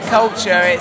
culture